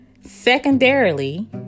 Secondarily